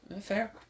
Fair